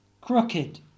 crooked